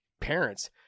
parents